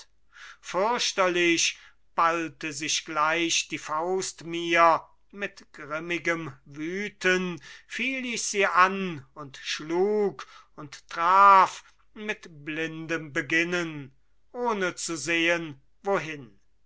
fürchterlich ballte sich gleich die faust mir mit grimmigem wüten fiel ich sie an und schlug und traf mit blindem beginnen ohne zu sehen wohin